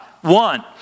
One